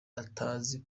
atazi